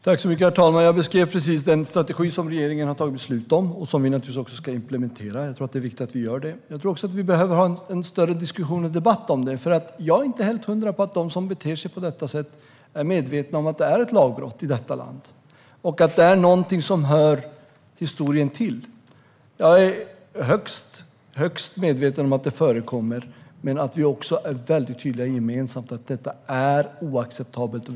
Herr talman! Jag beskrev precis den strategi som regeringen har tagit beslut om och som vi naturligtvis också ska implementera. Jag tror att det är viktigt att vi gör det. Jag tror också att vi behöver ha en större diskussion och debatt om detta, för jag är inte helt hundra på att de som beter sig på detta sätt är medvetna om att det är ett lagbrott i detta land och att det är någonting som hör historien till. Jag är högst medveten om att det förekommer, och vi ska alla vara väldigt tydliga med att detta är oacceptabelt.